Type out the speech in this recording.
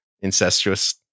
incestuous